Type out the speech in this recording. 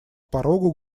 порогу